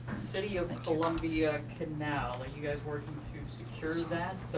city of and columbia canal, are you guys working to secure that?